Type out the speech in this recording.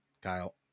Kyle